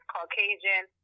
Caucasian